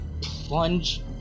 plunge